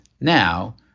Now